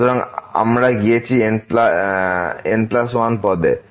সুতরাং আমরা গিয়েছি N1 পদে